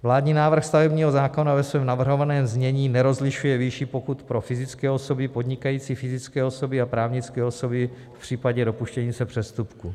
Vládní návrh stavebního zákona ve svém navrhovaném znění nerozlišuje výši pokut pro fyzické osoby, podnikající fyzické osoby a právnické osoby v případě dopuštění se přestupku.